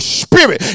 spirit